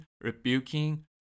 rebuking